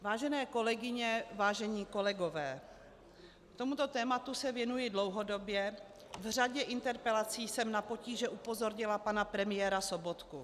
Vážené kolegyně, vážení kolegové, tomuto tématu se věnuji dlouhodobě, v řadě interpelací jsem na potíže upozornila pana premiéra Sobotku.